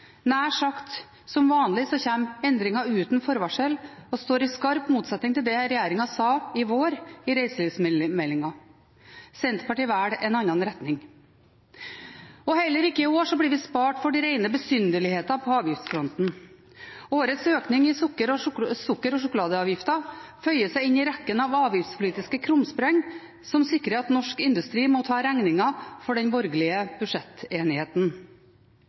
Nær sagt som vanlig kommer endringer uten forvarsel og står i skarp motsetning til det regjeringen sa i vår i reiselivsmeldingen. Senterpartiet velger en annen retning. Heller ikke i år blir vi spart for de rene besynderlighetene på avgiftsfronten. Årets økning i sukker- og sjokoladeavgiften føyer seg inn i rekken av avgiftspolitiske krumspring som sikrer at norsk industri må ta regningen for den borgerlige budsjettenigheten.